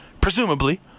presumably